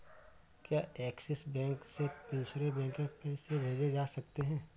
क्या Axis bank से दूसरे बैंक में पैसे भेजे जा सकता हैं?